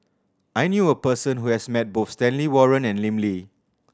I knew a person who has met both Stanley Warren and Lim Lee